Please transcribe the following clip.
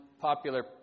popular